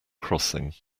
crossing